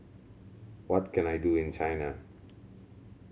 what can I do in China